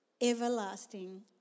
everlasting